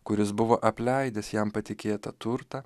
kuris buvo apleidęs jam patikėtą turtą